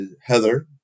Heather